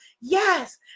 Yes